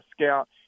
scout